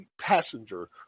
passenger